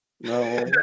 no